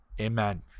Amen